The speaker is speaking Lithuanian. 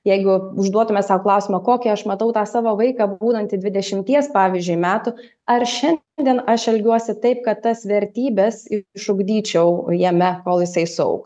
jeigu užduotume sau klausimą kokį aš matau tą savo vaiką būnant dvidešimties pavyzdžiui metų ar šian dien aš elgiuosi taip kad tas vertybes išugdyčiau jame kol jisai suau